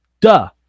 Duh